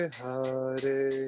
hare